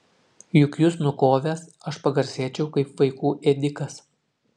juk jus nukovęs aš pagarsėčiau kaip vaikų ėdikas